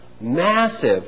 massive